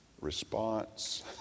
response